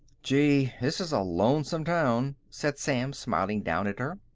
gee i this is a lonesome town! said sam, smiling down at her.